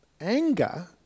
anger